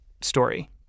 story